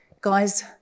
Guys